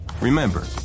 Remember